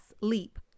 leap